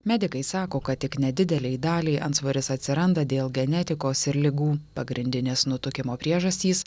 medikai sako kad tik nedidelei daliai antsvoris atsiranda dėl genetikos ir ligų pagrindinės nutukimo priežastys